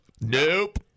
Nope